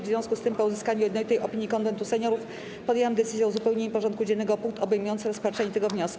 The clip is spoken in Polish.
W związku z tym, po uzyskaniu jednolitej opinii Konwentu Seniorów, podjęłam decyzję o uzupełnieniu porządku dziennego o punkt obejmujący rozpatrzenie tego wniosku.